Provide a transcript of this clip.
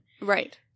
Right